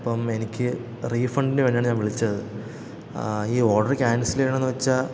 അപ്പം എനിക്ക് റീഫണ്ടിനു വേണ്ടിയാണ് ഞാൻ വിളിച്ചത് ആ ഈ ഓഡർ ക്യാൻസൽ ചെയ്യണമെന്നു വെച്ചാൽ